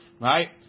Right